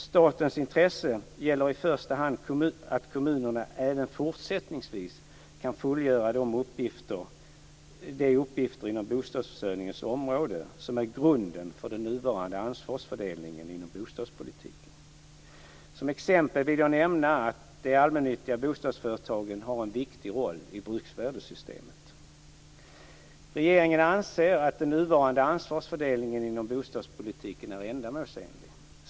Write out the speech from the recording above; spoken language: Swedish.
Statens intresse gäller i första hand att kommunerna även fortsättningsvis kan fullgöra de uppgifter inom bostadsförsörjningens område som är grunden för den nuvarande ansvarsfördelningen inom bostadspolitiken. Som exempel vill jag nämna att de allmännyttiga bostadsföretagen har en viktig roll inom bruksvärdessystemet. Regeringen anser att den nuvarande ansvarsfördelningen inom bostadspolitiken är ändamålsenlig.